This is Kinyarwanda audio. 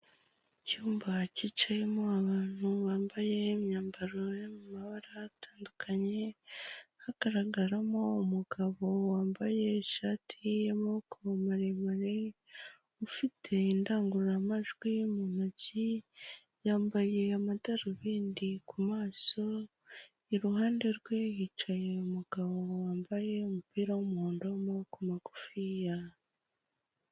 Icyumba cyicayemo abantu bambaye imyambaro y'amabara atandukanye hagaragaramo umugabo wambaye ishati y'amoboko maremare, ufite indangururamajwi mu ntoki yambaye amadarubindi ku maso. Iruhande rwe yicaye umugabo wambaye umupira w'umuhondo w'amaboko magufiya.